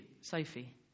Sophie